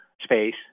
space